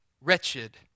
wretched